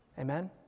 Amen